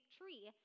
tree